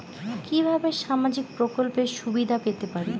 কিভাবে সামাজিক প্রকল্পের সুবিধা পেতে পারি?